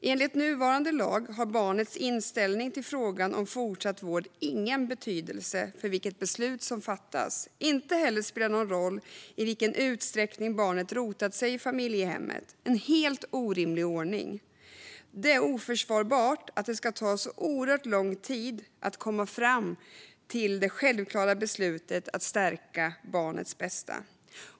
Enligt nuvarande lag har barnets inställning till frågan om fortsatt vård ingen betydelse för vilket beslut som fattas. Inte heller spelar det någon roll i vilken utsträckning barnet rotat sig i familjehemmet. Det är en helt orimlig ordning. Det är oförsvarbart att det ska ta så oerhört lång tid att komma fram till det självklara beslutet att stärka barnets bästa.